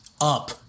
up